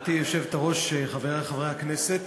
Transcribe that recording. גברתי היושבת-ראש, חברי חברי הכנסת,